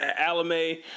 Alame